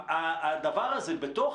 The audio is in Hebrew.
הדבר הזה בתוך